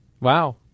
Wow